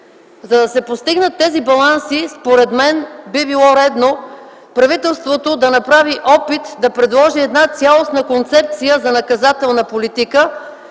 За да се постигнат тези баланси, според мен би било редно правителството да направи опит да предложи цялостна концепция за наказателна политика,